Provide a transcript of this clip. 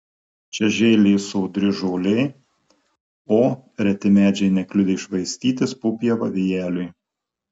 čia žėlė sodri žolė o reti medžiai nekliudė švaistytis po pievą vėjeliui